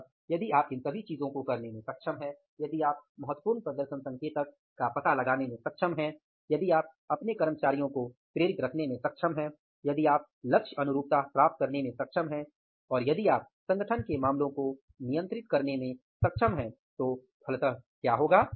अतः यदि आप इन सभी चीजों को करने में सक्षम हैं यदि आप महत्वपूर्ण प्रदर्शन संकेतक का पता लगाने में सक्षम हैं यदि आप अपने कर्मचारियों को प्रेरित रखने में सक्षम हैं यदि आप लक्ष्य अनुरूपता प्राप्त करने में सक्षम हैं और यदि आप संगठन के मामलों को नियंत्रित करने में सक्षम हैं तो फलतः क्या होगा